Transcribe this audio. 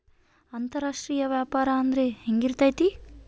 ಅಂತರಾಷ್ಟ್ರೇಯ ವ್ಯಾಪಾರ ಅಂದ್ರೆ ಹೆಂಗಿರ್ತೈತಿ?